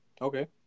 Okay